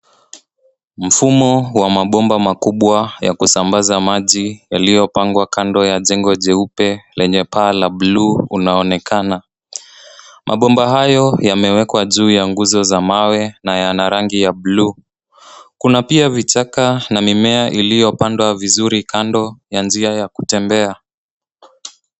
Mfumo wa mabomba makubwa ya kusambaza maji yaliyopangwa kando la jengo jeupe lenye paa la blue unaonekana. Mabomba hayo yamewekwa juu ya nguzo za mawe na yana rangi ya blue .Kuna pia vichaka na mimea iliyopandwa vizuri kando ya njia ya kutembea.